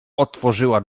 otworzyła